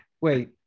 wait